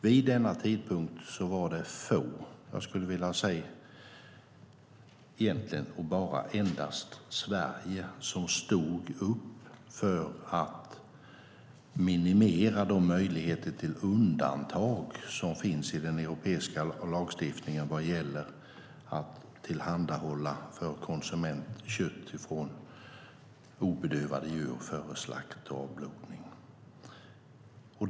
Vid denna tidpunkt var det få - egentligen var det, skulle jag vilja säga, endast Sverige - som stod upp för att minimera de möjligheter till undantag som finns i den europeiska lagstiftningen vad gäller att för konsumenter tillhandahålla kött från obedövade djur före slakt och avblodning.